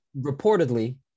Reportedly